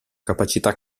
capacità